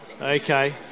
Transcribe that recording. Okay